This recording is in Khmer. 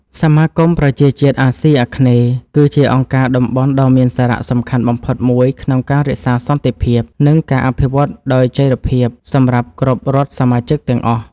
សមាគមប្រជាជាតិអាស៊ីអាគ្នេយ៍ គឺជាអង្គការតំបន់ដ៏មានសារៈសំខាន់បំផុតមួយក្នុងការរក្សាសន្តិភាព និងការអភិវឌ្ឍដោយចីរភាពសម្រាប់គ្រប់រដ្ឋសមាជិកទាំងអស់។